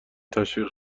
تشویق